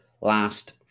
last